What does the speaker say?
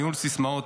ניהול סיסמאות,